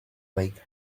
wake